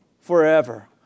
forever